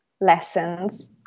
lessons